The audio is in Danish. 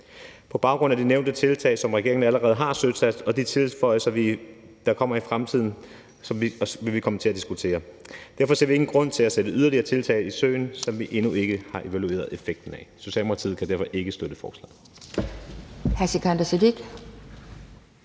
På baggrund af de nævnte tiltag, som regeringen allerede har søsat, og de tilføjelser, der kommer i fremtiden, og som vi vil komme til at diskutere, ser vi derfor ingen grund til at sætte yderligere tiltag i søen, som vi endnu ikke har evalueret effekten af. Socialdemokratiet kan derfor ikke støtte forslaget.